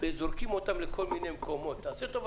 וזורקים אותם לכל מיני מקומות תעשה טובה,